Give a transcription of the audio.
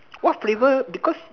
what flavour because